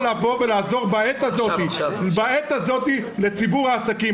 לבוא ולעזור בעת הזאת לציבור העסקים.